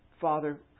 Father